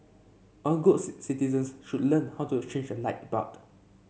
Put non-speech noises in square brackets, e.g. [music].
all good [unintelligible] citizens should learn how to change a light bulb